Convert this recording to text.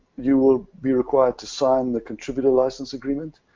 you will be required to sign the contributor license agreement.